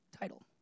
title